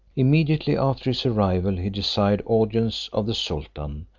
immediately after his arrival he desired audience of the sultan,